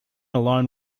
alone